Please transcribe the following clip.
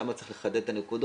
שם צריך לחדד את הנקודות,